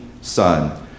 son